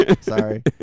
Sorry